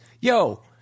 Yo